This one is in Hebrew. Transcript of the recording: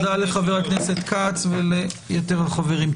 תודה לחבר הכנסת כץ וליתר החברים,